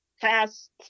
past